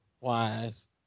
wise